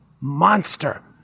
monster